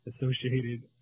associated